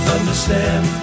Understand